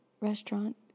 restaurant